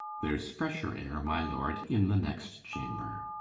there's fresher ayre my lord, in the next chamber